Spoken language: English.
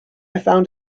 found